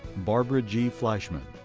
barbara g. fleischman.